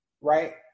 Right